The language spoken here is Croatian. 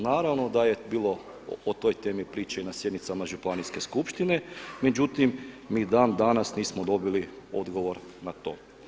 Naravno da je bilo o toj temi priče i na sjednicama Županijske skupštine, međutim mi dan danas nismo dobili odgovor na to.